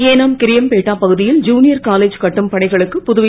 ஏஞம் கிரியம்பேட்டா பகுதியில் junior college கட்டும் பணிகளுக்கு புதுவை